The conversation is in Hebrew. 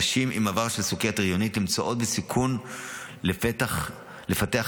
נשים עם עבר של סוכרת הריונית נמצאות בסיכון לפתח סוכרת,